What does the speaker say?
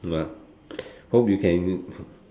no lah hope you can